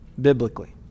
biblically